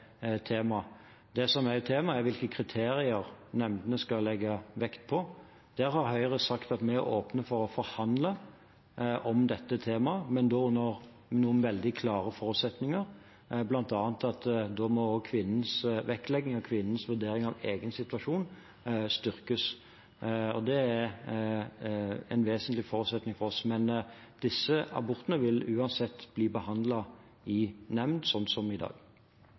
åpne for å forhandle om dette temaet, men da under noen veldig klare forutsetninger, bl.a. at da må vektleggingen av kvinnens vurdering av egen situasjon styrkes. Det er en vesentlig forutsetning for oss. Men disse abortene vil uansett bli behandlet i nemnd, slik som i dag.